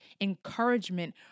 encouragement